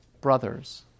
brothers